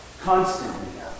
constantly